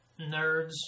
nerds